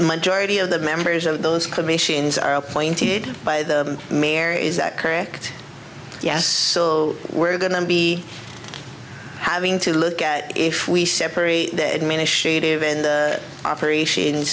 majority of the members of those commissions are appointed by the mayor is that correct yes so we're going to be having to look at if we separate the administrative in the operation